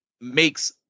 makes